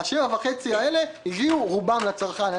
ה-7.5 שקלים האלה הגיעו רובם לצרכן.